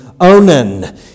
Onan